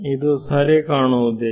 ಇದು ಸರಿ ಕಾಣುವುದೇ